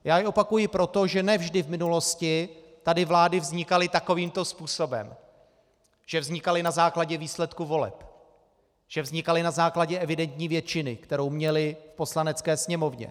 Já je opakuji proto, že ne vždy v minulosti tady vlády vznikaly takovýmto způsobem, že vznikaly na základě výsledků voleb, že vznikaly na základě evidentní většiny, kterou měly v Poslanecké sněmovně.